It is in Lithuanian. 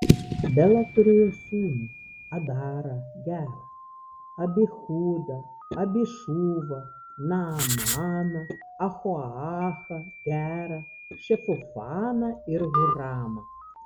bela turėjo sūnų adarą gerą abihudą abišūvą naamaną ahoachą gerą šefufaną ir huramą